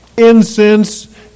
Incense